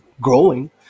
growing